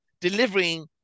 delivering